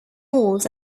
walls